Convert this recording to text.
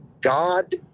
God